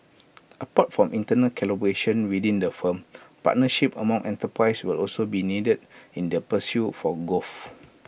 apart from internal collaboration within the firm partnerships among enterprises will also be needed in their pursuit for growth